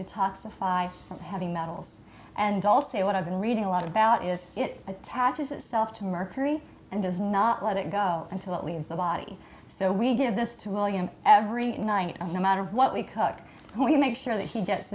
detoxify heavy metals and also what i've been reading a lot about is it attaches itself to mercury and does not let it go until it leaves the body so we give this two million every night no matter what we cook we make sure that he gets